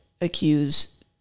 accuse